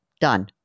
Done